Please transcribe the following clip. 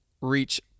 reach